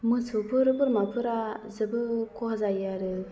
मोसौफोर बोरमाफोरा जोबोद खहा जायो आरो